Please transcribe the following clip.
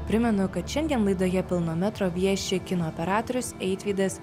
primenu kad šiandien laidoje pilno metro vieši kino operatorius eitvydas